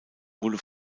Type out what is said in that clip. wurde